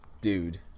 dude